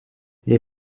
les